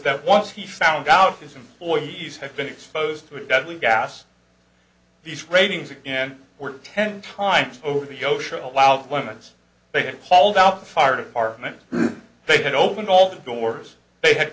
that once he found out his employees have been exposed to a deadly gas these ratings again were ten times over the ocean allowed women as they hauled out the fire department they had opened all the doors they had